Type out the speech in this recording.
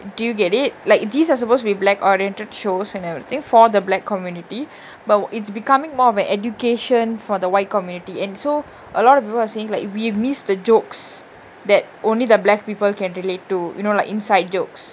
do you get it like these are supposed to be black oriented shows and everything for the black community but it's becoming more of an education for the white community and so a lot of people are saying like we've missed the jokes that only the black people can relate to you know like inside jokes